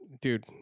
dude